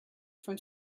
from